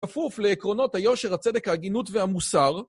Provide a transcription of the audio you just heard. כפוף לעקרונות היושר הצדק ההגינות והמוסר